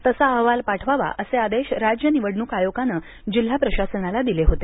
तसा अहवाल पाठवावा असे आदेश राज्य निवडणूक आयोगानं जिल्हा प्रशासनाला दिले होते